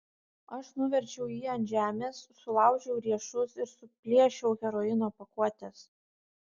aš nuverčiau jį ant žemės sulaužiau riešus ir suplėšiau heroino pakuotes